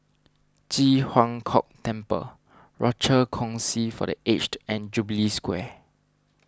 Ji Huang Kok Temple Rochor Kongsi for the Aged and Jubilee Square